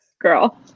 Girl